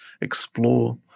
explore